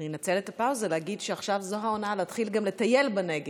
אני אנצל את הפער הזה כדי להגיד שעכשיו זו העונה גם להתחיל לטייל בנגב,